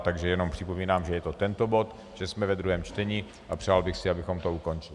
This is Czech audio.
Takže jenom připomínám, že je to tento bod, že jsme ve druhém čtení, a přál bych si, abychom to ukončili.